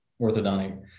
orthodontic